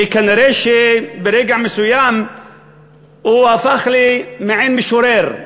וכנראה שברגע מסוים הוא הפך למעין משורר,